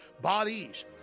Bodies